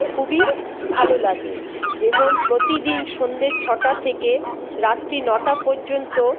খুবই ভালো লাগে যেমন প্রতিদিন সন্ধ্যে ছটা থেকে রাত্রি নটা পর্যন্ত